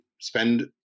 spend